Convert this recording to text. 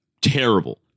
terrible